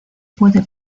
puede